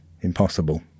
impossible